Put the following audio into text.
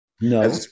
No